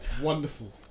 Wonderful